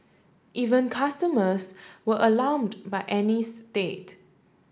even customers were alarmed by Annie's state